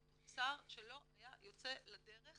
הוא תוצר שלא היה יוצא לדרך